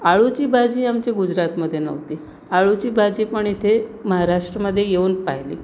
अळूची भाजी आमच्या गुजरातमध्ये नव्हती अळूची भाजी पण इथे महाराष्ट्रामध्ये येऊन पाहिली